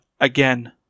again